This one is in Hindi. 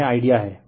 तो यह आईडिया है